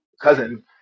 cousin